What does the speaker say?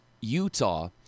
Utah